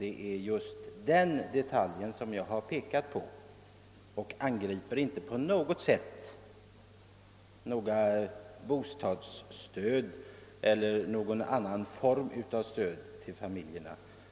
Det är just den detaljen jag påpekat, och jag angriper inte på något sätt bostadsstödet eller någon annan form av stöd till familjerna.